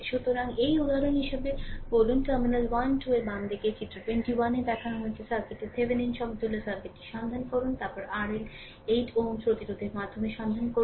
সুতরাং এই উদাহরণ হিসাবে উদাহরণস্বরূপ বলুন টার্মিনাল 1 2 এর বাম দিকে চিত্র 21 এ দেখানো সার্কিটের Thevenin সমতুল্য সার্কিটটি সন্ধান করুন তারপরে RL 8 Ω প্রতিরোধের মাধ্যমে সন্ধান করুন